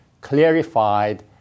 clarified